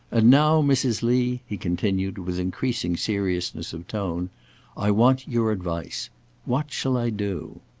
and now, mrs. lee, he continued, with increasing seriousness of tone i want your advice what shall i do?